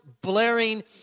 blaring